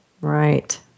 Right